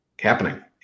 happening